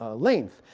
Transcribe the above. ah length.